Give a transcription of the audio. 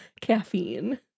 caffeine